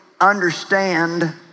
understand